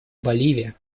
боливия